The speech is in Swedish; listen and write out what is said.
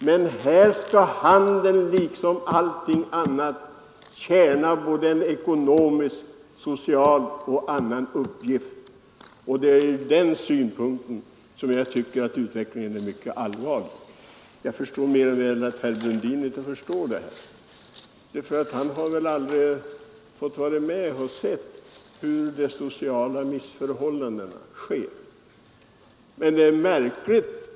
Men här skall handeln liksom allting annat tjäna såväl en ekonomisk som en social uppgift. Det är från den synpunkten jag tycker utvecklingen är mycket allvarlig. Jag förstår mer än väl att herr Brundin inte begriper detta. Han har aldrig sett hur sociala missförhållanden uppstår.